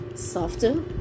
softer